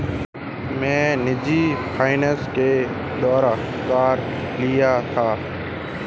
मैं निजी फ़ाइनेंस के द्वारा कार लिया था